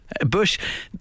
Bush